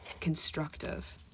constructive